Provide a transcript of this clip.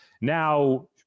Now